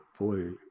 boy